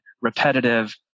repetitive